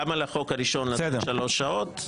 גם על החוק הראשון לתת שלוש שעות.